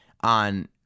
on